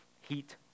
heat